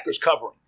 covering